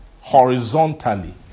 horizontally